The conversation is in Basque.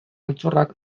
altxorrak